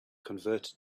converted